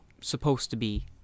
supposed-to-be